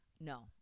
no